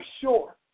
sure